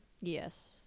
Yes